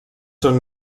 són